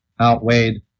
outweighed